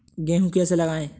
गेहूँ कैसे लगाएँ?